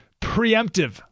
preemptive